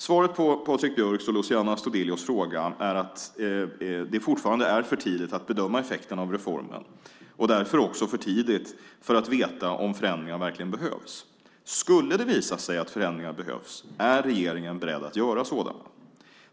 Svaret på Patrik Björcks och Luciano Astudillos fråga är att det fortfarande är för tidigt att bedöma effekterna av reformen, och därför också för tidigt för att veta om förändringar verkligen behövs. Skulle det visa sig att förändringar behövs är regeringen beredd att göra sådana.